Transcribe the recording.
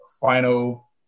final